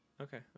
okay